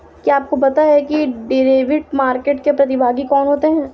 क्या आपको पता है कि डेरिवेटिव मार्केट के प्रतिभागी कौन होते हैं?